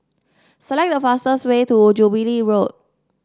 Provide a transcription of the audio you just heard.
select the fastest way to Jubilee Road